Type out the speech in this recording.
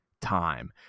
time